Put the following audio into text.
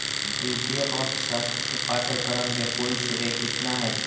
वित्तीय अर्थशास्त्र के पाठ्यक्रम के कुल श्रेय कितना हई?